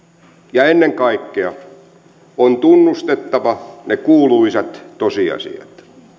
ja ennen kaikkea on tunnustettava ne kuuluisat tosiasiat